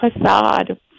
facade